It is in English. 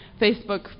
Facebook